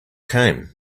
came